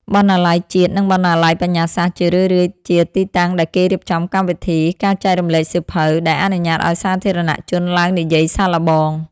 បណ្ណាល័យជាតិ និងបណ្ណាល័យបញ្ញាសាស្ត្រ ជារឿយៗជាទីតាំងដែលគេរៀបចំកម្មវិធី ការចែករំលែកសៀវភៅ ដែលអនុញ្ញាតឱ្យសាធារណជនឡើងនិយាយសាកល្បង។